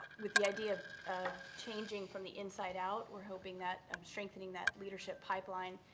with the idea of changing from the inside out, we're hoping that um strengthening that leadership pipeline